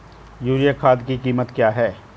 Urea खाद की कीमत क्या है?